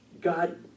God